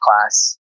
class